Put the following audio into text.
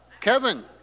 Kevin